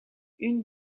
une